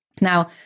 Now